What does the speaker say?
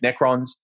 Necrons